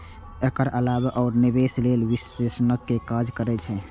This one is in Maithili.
एकर अलावे ओ निवेश लेल विश्लेषणक काज करै छै